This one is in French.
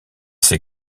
ces